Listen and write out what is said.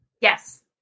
Yes